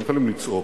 אתם יכולים לצעוק,